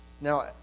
now